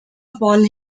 upon